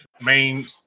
main